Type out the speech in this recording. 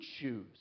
choose